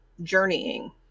journeying